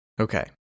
Okay